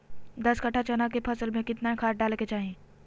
दस कट्ठा चना के फसल में कितना खाद डालें के चाहि?